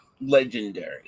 legendary